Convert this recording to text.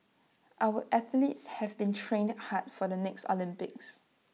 our athletes have been training hard for the next Olympics